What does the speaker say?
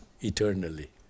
eternally